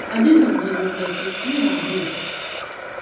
अॼु सुबुह जो ट्रेफ़िक कीअं आहे